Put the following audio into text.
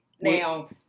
Now